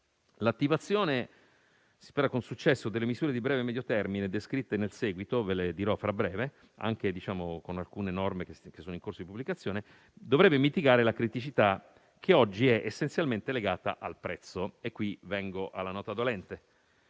L'attivazione - si spera con successo - delle misure di breve e medio termine descritte nel seguito, e che fra poco vi illustrerò, anche con alcune norme che sono in corso di pubblicazione, dovrebbe mitigare la criticità che oggi è essenzialmente legata al prezzo. Qui vengo alla nota dolente.